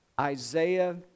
isaiah